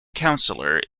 councillor